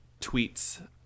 tweets